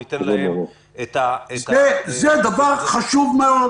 זה דבר חשוב מאוד